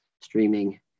streaming